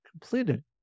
completed